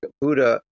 Buddha